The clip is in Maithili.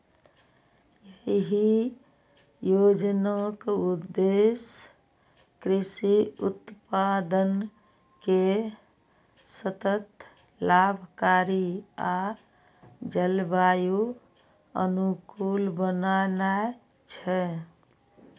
एहि योजनाक उद्देश्य कृषि उत्पादन कें सतत, लाभकारी आ जलवायु अनुकूल बनेनाय छै